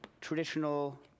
traditional